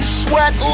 sweat